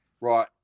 right